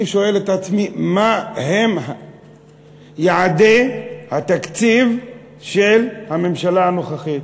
אני שואל את עצמי: מה הם יעדי התקציב של הממשלה הנוכחית?